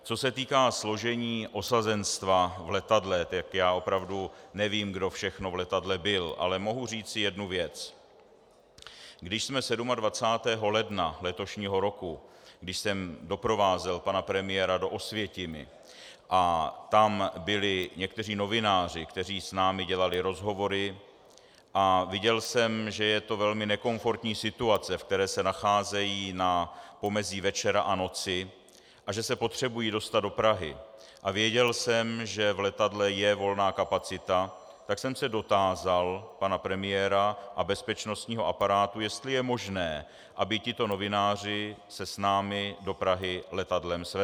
Co se týká složení osazenstva v letadle, tak já opravdu nevím, kdo všechno v letadle byl, ale mohu říci jednu věc: Když jsem 27. ledna letošního roku doprovázel pana premiéra do Osvětimi, tak tam byli někteří novináři, kteří s námi dělali rozhovory, a viděl jsem, že je to velmi nekomfortní situace, ve které se nacházejí na pomezí večera a noci, a že se potřebují dostat do Prahy, a věděl jsem, že v letadle je volná kapacita, tak jsem se dotázal pana premiéra a bezpečnostního aparátu, jestli je možné, aby tito novináři se s námi do Prahy letadlem svezli.